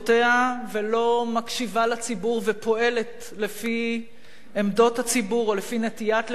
ולא מקשיבה לציבור ופועלת לפי עמדות הציבור או לפי נטיית לב הציבור.